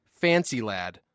FANCYLAD